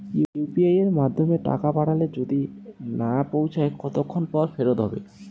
UPI য়ের মাধ্যমে টাকা পাঠালে যদি না পৌছায় কতক্ষন পর ফেরত হবে?